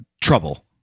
trouble